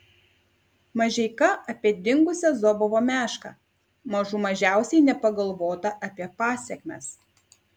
mažeika apie dingusią zobovo mešką mažų mažiausiai nepagalvota apie pasekmes